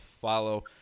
follow